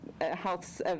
health